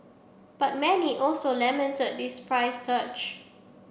but many also lamented this price surge